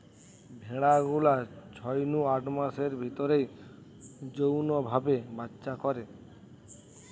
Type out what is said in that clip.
ভেড়া গুলা ছয় নু আট মাসের ভিতরেই যৌন ভাবে বাচ্চা করে